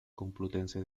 complutense